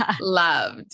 loved